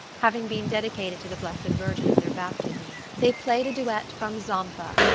having been dedicated to the blessed virgin at their baptism. they played a duet from zampa,